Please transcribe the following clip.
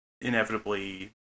inevitably